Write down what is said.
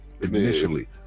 initially